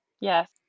yes